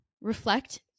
reflect